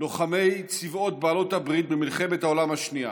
לוחמי צבאות בעלות הברית במלחמת העולם השנייה.